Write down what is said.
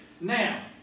Now